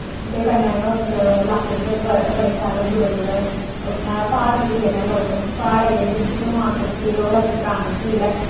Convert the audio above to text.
ते कन्नै गै उस लाके च बड़े शैल दूरा दूरा दे उत्थै प्हाड़ दिखदे न लोक प्हाड़ा आई ऐ क्योंकि इत्थै मानसर झील ओह् ऐसी परानी झील ऐ